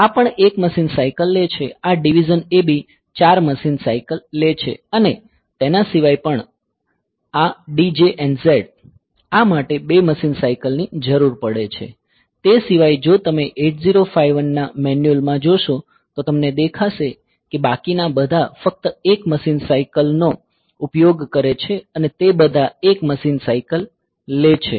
આ પણ 1 machine cycle લે છે આ DIV AB 4 મશીન સાયકલ લે છે અને તેના સિવાય પણ અને આ DJNZ આ માટે 2 મશીન સાયકલની જરૂર પડે છે તે સિવાય જો તમે 8051 ના મેન્યુઅલ માં જોશો તો તમને દેખાશે કે બાકીના બધા ફક્ત 1 મશીન સાયકલ નો ઉપયોગ કરે છે અને તે બધા 1 મશીન સાયકલ લે છે